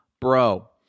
bro